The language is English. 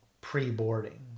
pre-boarding